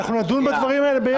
אנחנו נדון בדברים האלה יחד.